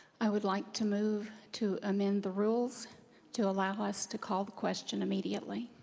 i would like to move to amend the rules to allow us to call the question immediately.